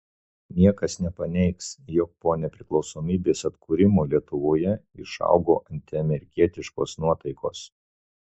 niekas nepaneigs jog po nepriklausomybės atkūrimo lietuvoje išaugo antiamerikietiškos nuotaikos